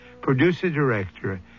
producer-director